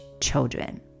children